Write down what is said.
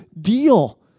deal